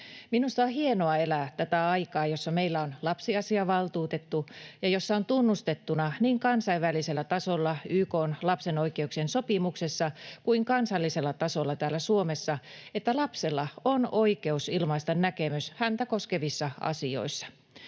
Minusta on hienoa elää tätä aikaa, jossa meillä on lapsiasiavaltuutettu ja jossa on tunnustettuna niin kansainvälisellä tasolla YK:n lapsen oikeuksien sopimuksessa kuin kansallisella tasolla täällä Suomessa, että lapsella on oikeus ilmaista näkemyksensä häntä koskevissa asioissa.